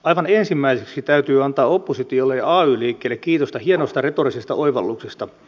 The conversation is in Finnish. aivan ensimmäiseksi täytyy antaa oppositiolle ja ay liikkeelle kiitosta hienosta retorisesta oivalluksesta